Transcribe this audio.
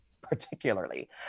particularly